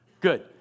Good